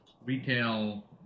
retail